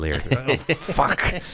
Fuck